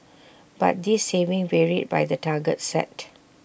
but this saving varied by the targets set